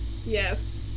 yes